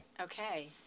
Okay